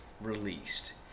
released